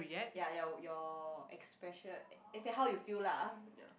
ya your your expression eh say how you feel lah ya